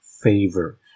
favor